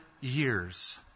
years